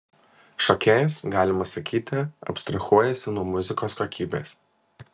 šokėjas galima sakyti abstrahuojasi nuo muzikos kokybės